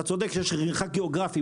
אתה צודק שיש מרחק גיאוגרפי.